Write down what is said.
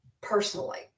personally